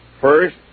first